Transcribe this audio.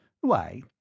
Why